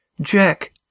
Jack